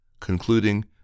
concluding